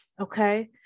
Okay